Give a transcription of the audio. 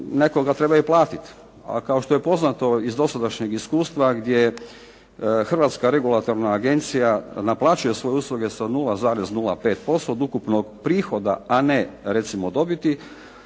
netko ga treba i platiti, a kao što je poznato iz dosadašnjeg iskustva gdje Hrvatska regulatorna agencija naplaćuje svoje usluge sa 0,05% od ukupnog prihoda a ne recimo dobiti,